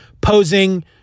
posing